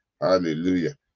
Hallelujah